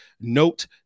Note